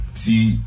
see